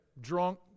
drunk